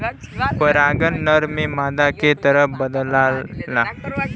परागन नर से मादा के तरफ बदलला